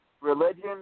religion